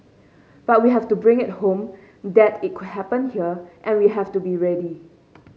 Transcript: but we have to bring it home that it could happen here and we have to be ready